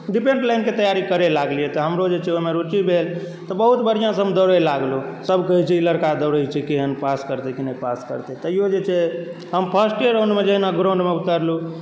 defence लाइनके तैयारी करय लगलियै तऽ हमरो जे छै ओहिमे रूचि भेल तऽ बहुत बढ़िआँसँ हम दौड़य लगलहुँ सभ कहैत छै ई लड़का दौड़य छै केहन पास करतै कि नहि पास करतै तैयो जे छै हम फर्स्टे राउण्डमे जेना ग्राउण्डमे उतरलहुँ